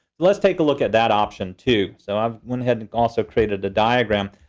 let's take a look at that option too. so i went ahead and also created a diagram,